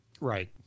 Right